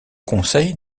conseil